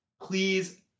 please